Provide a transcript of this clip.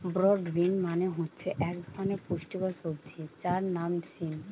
broad bean মানে হচ্ছে এক ধরনের পুষ্টিকর সবজি যার নাম সিম